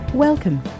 Welcome